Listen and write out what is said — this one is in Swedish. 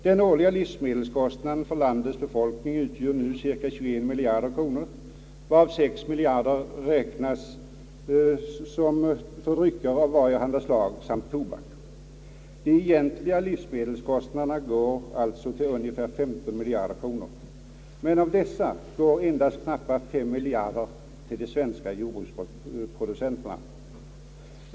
Den årliga livsmedelskostnaden för landets befolkning utgör nu 21 miljarder kronor varav 6 miljarder är drycker av varjehanda slag samt tobak. De egentliga livsmedelskostnaderna uppgår alltså till 15 miljarder kronor, men av dessa går endast knappa 5 miljarder till de svenska jordbruksproducenterna.